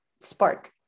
spark